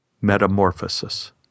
Metamorphosis